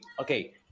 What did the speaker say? Okay